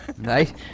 Nice